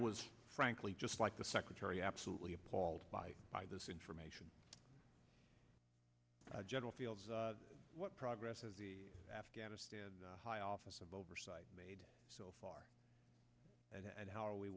was frankly just like the secretary absolutely appalled by this information general fields what progress has the afghanistan high office of oversight made so far and how are we